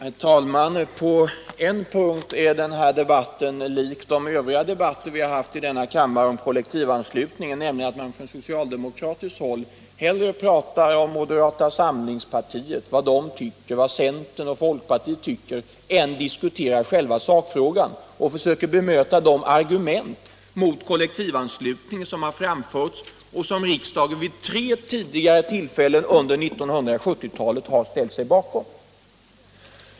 Herr talman! På en punkt är den här debatten lik de övriga debatter som vi haft i denna kammare om kollektivanslutningen, nämligen därigenom att man från socialdemokratiskt håll hellre talar om vad moderata samlingspartiet tycker och vad centern och folkpartiet tycker än diskuterar själva sakfrågan och försöker bemöta de argument mot kollektivanslutning som framförts och som riksdagen vid tre tillfällen under 1970 talet har ställt sig bakom.